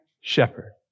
shepherd